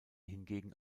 hingegen